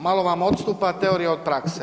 Malo vam odstupa teorija od prakse.